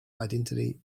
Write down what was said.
identity